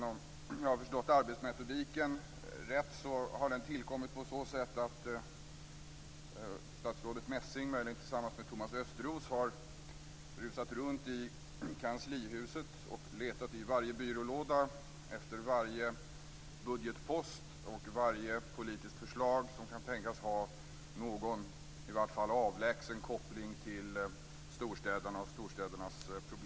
Om jag har förstått arbetsmetodiken rätt, har propositionen tillkommit på så sätt att statsrådet Messing, möjligen tillsammans med Thomas Östros, har rusat runt i Kanslihuset och letat i varje byrålåda efter varje budgetpost och varje politiskt förslag som kan tänkas ha någon, i varje fall avlägsen, koppling till storstäderna och storstädernas problem.